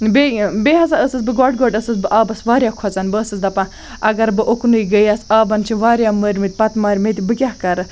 بیٚیہِ بیٚیہِ ہَسا ٲسٕس بہٕ گۄڈٕ گۄڈٕ ٲسِس بہٕ آبَس واریاہ کھوژان بہٕ ٲسٕس دَپان اگر بہٕ اُکنٕے گٔیَس آبَن چھِ واریاہ مٲرمٕتۍ پَتہٕ مارِ مےٚ تہِ بہٕ کیاہ کَرٕ